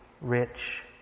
rich